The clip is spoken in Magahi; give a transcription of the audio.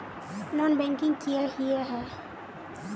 नॉन बैंकिंग किए हिये है?